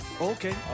okay